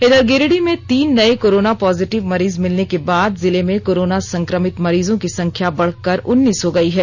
इधर गिरिडीह में तीन नए कोरोना पॉजिटिव मरीज मिलने के बाद जिले में कोरोना संक्रमित मरीजों की संख्या बढ़कर उन्नीस हो गई है